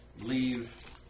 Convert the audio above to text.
leave